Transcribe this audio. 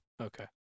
Okay